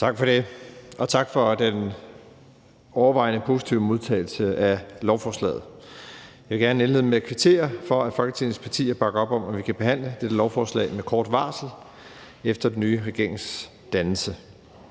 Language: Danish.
Tak for det. Og tak for den overvejende positive modtagelse af lovforslaget. Jeg vil gerne indlede med at kvittere for, at Folketingets partier bakker op om, at vi kan behandle dette lovforslag med kort varsel efter den nye regerings dannelse.